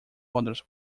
others